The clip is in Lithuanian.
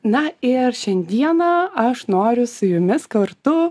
na ir šiandiena aš noriu su jumis kartu